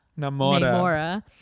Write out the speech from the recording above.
Namora